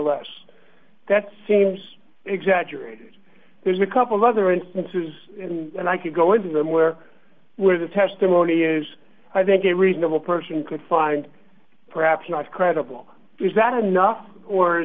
less that seems exaggerated there's a couple other instances when i could go into them where were the testimony is i think it reasonable person could find perhaps not credible is that enough